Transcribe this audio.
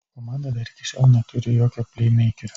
komanda dar iki šiol neturi jokio pleimeikerio